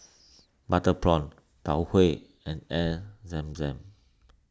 Butter Prawn Tau Huay and Air Zam Zam